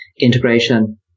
integration